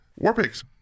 Warpigs